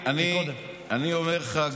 אני אומר לך,